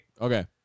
Okay